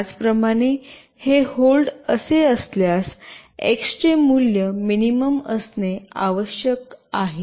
त्याचप्रमाणे हे होल्ड असे असल्यास एक्स चे मूल्य मिनिमम असणे आवश्यक आहे